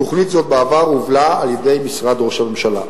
תוכנית זאת הובלה בעבר על-ידי משרד ראש הממשלה.